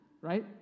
right